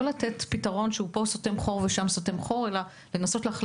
לא לתת פתרון שסותם חור פה או שם אלא להכליל